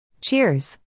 Cheers